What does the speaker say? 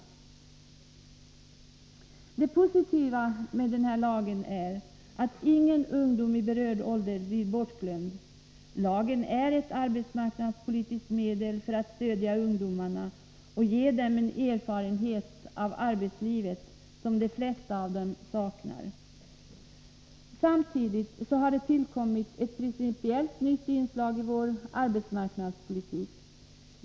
Det positiva med den här lagen är att ingen ungdom i berörd ålder blir bortglömd. Lagen är ett arbetsmarknadspolitiskt medel för att stödja ungdomarna och ge dem en erfarenhet av arbetslivet som de flesta av dem saknar. Samtidigt har det tillkommit ett principiellt nytt inslag i vår arbetsmarknadspolitik.